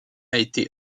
été